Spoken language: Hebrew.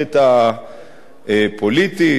למערכת הפוליטית.